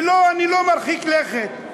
ואני לא מרחיק לכת.